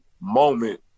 moment